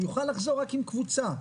הוא יוכל לחזור רק עם קבוצה.